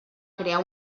crear